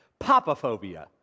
Papaphobia